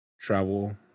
travel